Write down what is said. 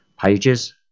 pages